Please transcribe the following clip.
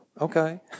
okay